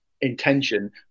intention